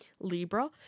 Libra